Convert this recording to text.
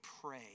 pray